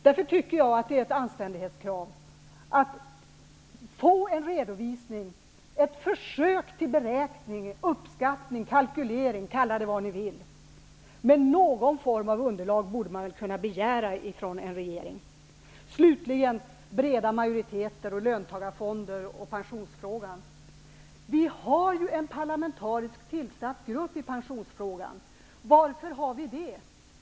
Därför tycker jag att det är ett anständighetskrav att be att få en redovisning, ett försök till en beräkning, uppskattning, kalkyl eller kalla det vad ni vill. Någon form av underlag borde man ändå kunna begära från regeringen. Slutligen om breda majoriteter, löntagarfonder och pensionsfrågan. Vi har en parlamentariskt tillsatt grupp i pensionsfrågan. Varför har vi det?